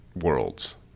worlds